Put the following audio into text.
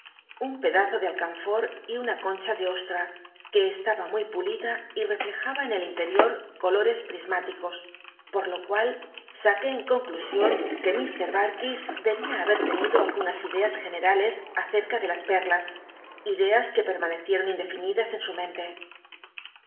un pedazo de alcanfor y una concha ele ostra que c taba muy u licia y reflejaba en el interior colores prism iticos pot lo cual saqué en conclusion que m barkis debia haber tenido algunas ideas generales acetca de las pel'las ideas jue permanecieton indefin idas en su mente